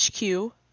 HQ